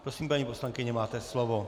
Prosím, paní poslankyně, máte slovo.